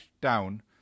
down